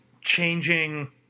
changing